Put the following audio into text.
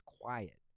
quiet